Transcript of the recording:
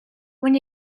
when